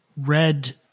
Read